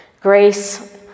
Grace